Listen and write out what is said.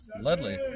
Ledley